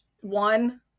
one